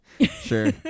Sure